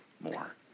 more